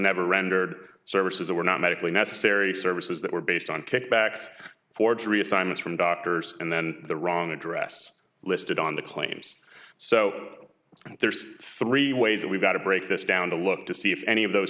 never rendered services that were not medically necessary services that were based on kickbacks forgery assignments from doctors and then the wrong address listed on the claims so there's three ways that we've got to break this down to look to see if any of those